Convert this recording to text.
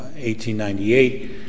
1898